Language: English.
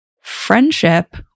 friendship